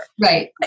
Right